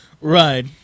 Right